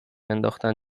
انداختن